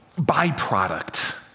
byproduct